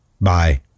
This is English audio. Bye